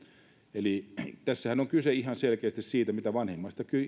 eli tässähän on kyse ihan selkeästi siitä että mitä vanhemmasta